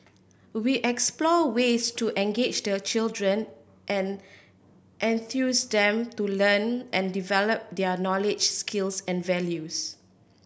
we explore ways to engage the children and enthuse them to learn and develop their knowledge skills and values